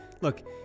look